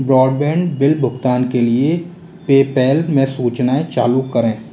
broadband bill भुगतान के लिए पेपैल में सूचनाएँ चालू करें